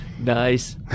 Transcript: Nice